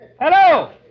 Hello